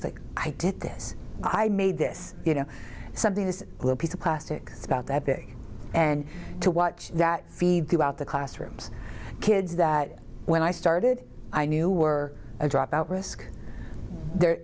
like i did this i made this you know something this little piece of plastic about that big and to watch that feed throughout the classrooms kids that when i started i knew were a dropout risk they're